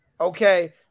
Okay